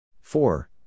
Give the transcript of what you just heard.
four